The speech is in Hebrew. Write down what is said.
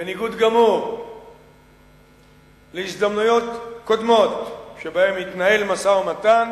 בניגוד גמור להזדמנויות קודמות שבהן התנהל משא-ומתן